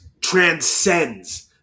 transcends